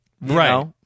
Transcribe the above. Right